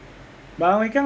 but ang wei kiang